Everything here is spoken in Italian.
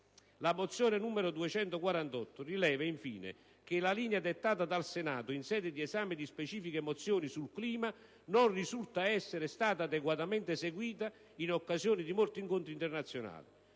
La mozione n. 248 rileva infine che la linea dettata dal Senato in sede di esame di specifiche mozioni sul clima non risulta essere stata adeguatamente seguita in occasione di molti incontri internazionali;